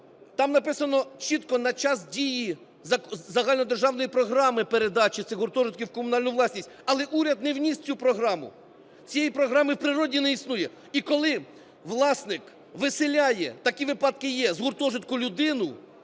там написано чітко: на час дії загальнодержавної програми передачі цих гуртожитків в комунальну власність. Але уряд не вніс цю програму, цієї програмами в природі не існує. І коли власник виселяє, такі випадки є, з гуртожитку людину